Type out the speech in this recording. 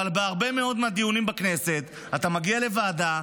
אבל בהרבה מאוד מהדיונים בכנסת אתה מגיע לוועדה,